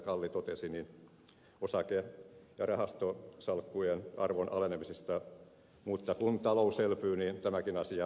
kalli totesi osake ja rahastosalkkujen arvon alenemisista mutta kun talous elpyy niin tämäkin asia korjaantuu